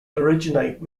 originate